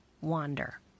Wander